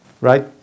right